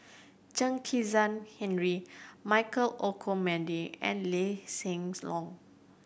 Chen Kezhan Henri Michael Olcomendy and Lee Hsien Loong